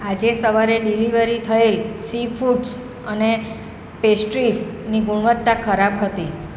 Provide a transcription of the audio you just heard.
આજે સવારે ડિલિવરી થઈ સીફૂડ્સ અને પેસ્ટ્રીઝની ગુણવત્તા ખરાબ હતી